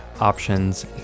options